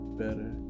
better